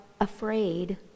afraid